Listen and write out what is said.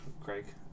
Craig